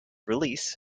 release